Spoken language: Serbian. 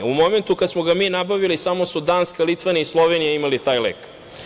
U momentu kada smo ga mi nabavili samo su Danska, Litvanija i Slovenija imale taj lek.